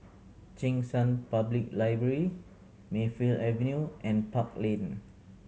Cheng San Public Library Mayfield Avenue and Park Lane